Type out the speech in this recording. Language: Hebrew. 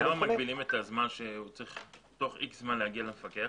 למה מגבילים את הזמן, תוך X זמן להגיע למפקח?